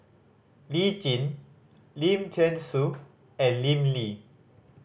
Lee Jin Lim Thean Soo and Lim Lee